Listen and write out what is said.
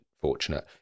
fortunate